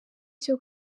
cyo